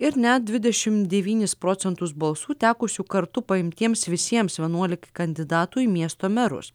ir net dvidešimt devynis procentus balsų tekusių kartu paimtiems visiems vienuolikai kandidatų į miesto merus